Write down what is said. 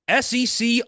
SEC